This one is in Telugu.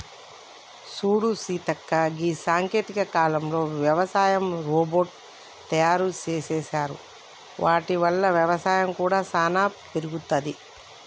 సూడు సీతక్క గీ సాంకేతిక కాలంలో యవసాయ రోబోట్ తయారు సేసారు వాటి వల్ల వ్యవసాయం కూడా సానా పెరుగుతది